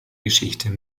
geschichte